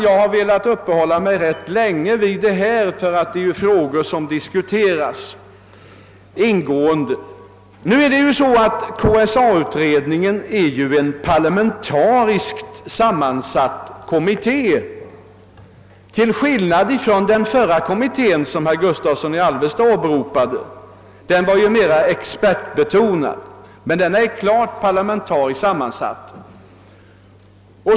Jag har velat uppehål la mig rätt länge vid detta, därför att det är frågor som tidigare ingående diskuterats. KSA-utredningen är en parlamentariskt sammansatt kommitté till skillnad från den förra kommittén som herr Gustavsson i Alvesta åberopade, vilken var mera expertbetonad. KSA-utredningen är alltså klart parlamentariskt sammansatt.